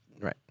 right